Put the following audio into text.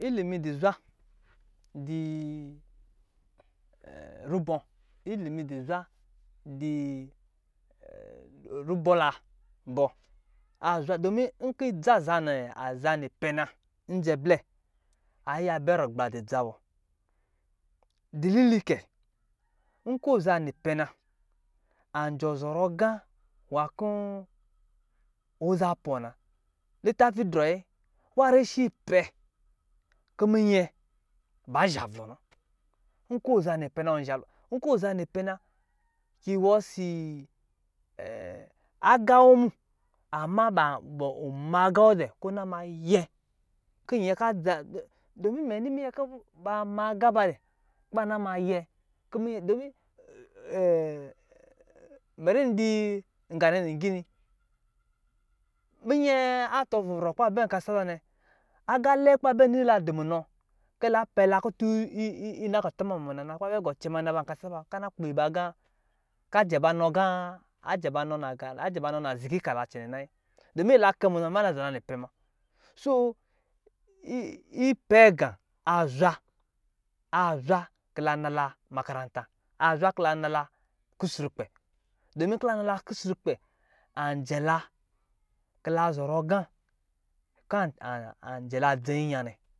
Ilimu du zwa di rubɔ ilimi du zwa di rubɔ la domi nkɔ dza za nipɛna isɛ blɛ ayiya bɛ rugbla di dza bɔ dilili kɛ nkɔ ɔza nipɛ na anjɔɔ zɔrɔ aga nwa kɔ ɔza pɔ na lita, fi ayi nwa rishi pɛ kɔ miyɛ ba zhavlɔ na nkɔ ɔza nipɛ na ɔzha nkɔ zani pɛ na iwɔ ɔsɔ agawɔ ama wɔ ma aga wɔ dɛ kɔ na mayɛ domi mɛ ni miyɛ kɔ ba maga bɛ na mayɛ beri ndi yi nga nɛ lungi ni minyɛ atɔ vrɔ vrɔ kɔ babɛ kasala nɛ aga ɛɛɛ kɔ ba bɛ nila du munɔ kɔ la pɛla kutu inaku ma muna kɔ ba ma na ba kasa ba ka na kpl ɔ iba ga kajɛ ba nɔ naga ajɛ ba nɔ na ziki kala cɛnɛ nayi donu lakɛ munɔ ni ama lazela nipɛ ma so ipɛ ga azwa azwa kɔ lana mak aranta azwa kɔ lana la kusru kpɛ nkɔ kusurkpɛ anjɛ la zɔr ɔ ga kɔ ajɛla dzeya nɛ.